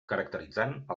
caracteritzant